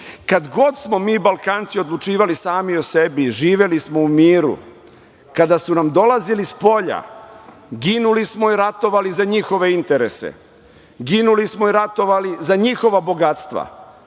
god smo bi Balkanci odlučivali sami o sebi, živeli smo u miru. Kada su nam dolazili spolja, ginuli smo i ratovali za njihove interese, ginuli smo i ratovali za njihova bogatstva.